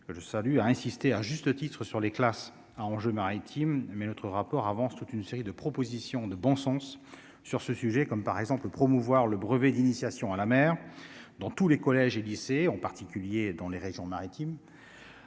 que je salue, a insisté, à juste titre sur les classes à enjeux maritime mais notre rapport avance toute une série de propositions de bon sens sur ce sujet, comme par exemple le promouvoir le brevet d'initiation à la mer dans tous les collèges et lycées, en particulier dans les régions maritimes